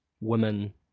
women